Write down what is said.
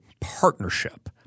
partnership